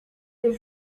des